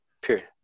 Period